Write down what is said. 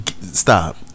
stop